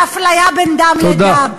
בהפליה בין דם לדם.